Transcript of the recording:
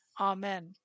amen